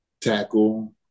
tackle